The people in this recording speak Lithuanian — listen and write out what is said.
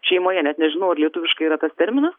šeimoje net nežinau ar lietuviškai yra tas terminas